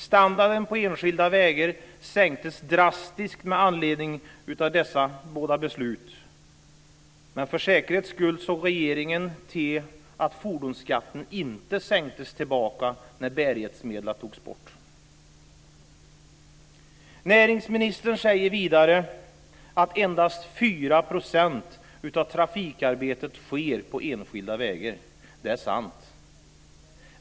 Standarden på enskilda vägar sänktes drastiskt med anledning av dessa båda beslut, men för säkerhets skull såg regeringen till att fordonsskatten inte sänktes tillbaka när bärighetsmedlen togs bort. Näringsministern säger vidare att endast 4 % av trafikarbetet sker på enskilda vägar. Det är sant.